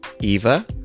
Eva